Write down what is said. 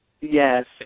Yes